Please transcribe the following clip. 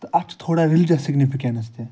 تہٕ اَتھ چھِ تھوڑا ریٚلِجیٚس سِگنِفِکیٚنٕس تہِ